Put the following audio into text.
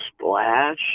splash